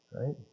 Right